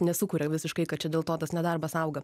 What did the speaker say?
nesukuria visiškai kad čia dėl to tas nedarbas auga